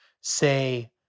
say